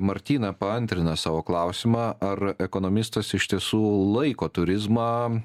martyna paantrina savo klausimą ar ekonomistas iš tiesų laiko turizmą